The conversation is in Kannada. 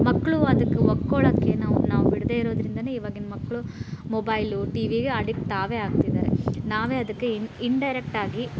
ಮಕ್ಕಳು ಅದಕ್ಕೆ ಒಗ್ಗಿಕೊಳೋಕೆ ನಾವು ನಾವು ಬಿಡದೇ ಇರೋದರಿಂದಲೇ ಇವಾಗಿನ ಮಕ್ಕಳು ಮೊಬೈಲು ಟಿ ವಿಗೆ ಅಡಿಕ್ಟ್ ಆಗೇ ಆಗ್ತಿದ್ದಾರೆ ನಾವೇ ಅದಕ್ಕೆ ಇನ್ನು ಇನ್ಡೈರೆಕ್ಟಾಗಿ